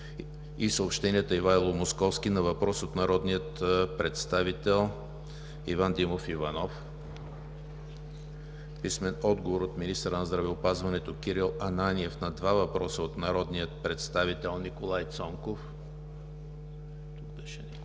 и съобщенията Ивайло Московски на въпрос от народния представител Иван Димов Иванов; - министъра на здравеопазването Кирил Ананиев на два въпроса от народния представител Николай Цонков; - министъра